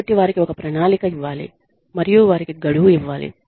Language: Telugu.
కాబట్టి వారికి ఒక ప్రణాళిక ఇవ్వాలి మరియు వారికి గడువు ఇవ్వాలి